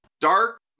dark